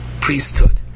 priesthood